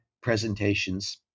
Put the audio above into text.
presentations